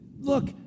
Look